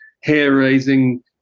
hair-raising